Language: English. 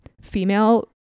female